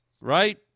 Right